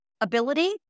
ability